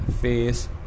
face